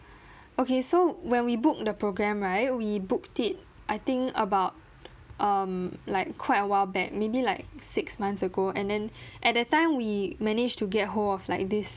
okay so when we book the program right we booked it I think about um like quite a while back maybe like six months ago and then at that time we managed to get hold of like this